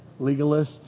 Legalists